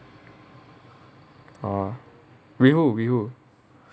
with who with who